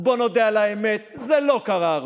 ובואו נודה על האמת: זה לא קרה הרבה.